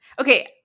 Okay